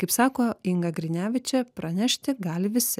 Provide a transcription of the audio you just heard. kaip sako inga grinevičė pranešti gali visi